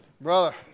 brother